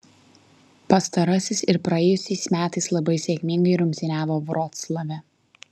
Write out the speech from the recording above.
pastarasis ir praėjusiais metais labai sėkmingai rungtyniavo vroclave